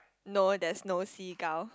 no there is no seagull